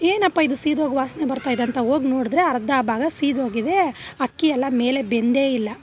ಏನಪ್ಪಾ ಇದು ಸೀದೋಗಿ ವಾಸನೆ ಬರ್ತಾಯಿದೆ ಅಂತ ಹೋಗ್ ನೋಡಿದ್ರೆ ಅರ್ಧ ಭಾಗ ಸೀದೋಗಿದೆ ಅಕ್ಕಿ ಎಲ್ಲ ಮೇಲೆ ಬೆಂದೇ ಇಲ್ಲ